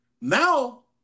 now